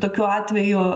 tokiu atveju